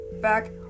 back